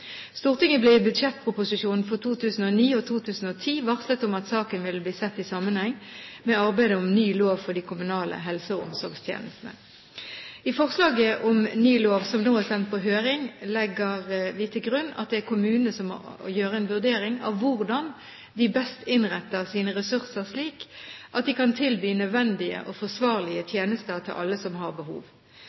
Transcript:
Stortinget ble i budsjettproposisjonen for 2009 og 2010 varslet om at saken ville bli sett i sammenheng med arbeidet med ny lov for de kommunale helse- og omsorgstjenestene. I forslaget til ny lov, som nå er sendt på høring, legger vi til grunn at det er kommunene som må foreta en vurdering av hvordan de best innretter sine ressurser, slik at de kan tilby nødvendige og forsvarlige tjenester til alle som har behov.